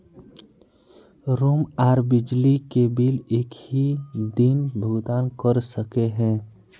Room आर बिजली के बिल एक हि दिन भुगतान कर सके है?